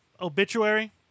obituary